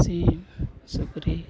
ᱥᱤᱢ ᱥᱩᱠᱨᱤ